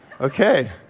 Okay